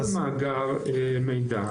לכל מאגר מידע